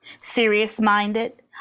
serious-minded